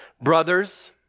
Brothers